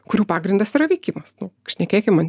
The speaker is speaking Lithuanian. kurių pagrindas yra veikimas nu šnekėkim